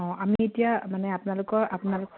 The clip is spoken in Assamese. অঁ আমি এতিয়া মানে আপোনালোকৰ আপোনালোকৰ